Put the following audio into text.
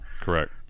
Correct